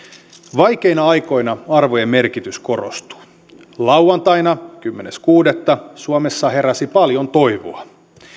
vaikeina aikoina arvojen merkitys korostuu lauantaina kymmenes kuudetta kaksituhattaseitsemäntoista suomessa heräsi paljon toivoa